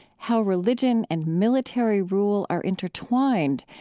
how religion and military rule are intertwined,